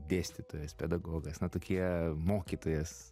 dėstytojas pedagogas na tokie mokytojas